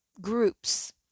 groups